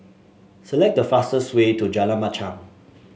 select the fastest way to Jalan Machang